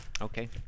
Okay